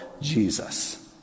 Jesus